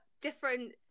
different